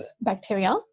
bacteria